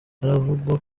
haravugwa